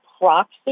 proxy